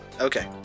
Okay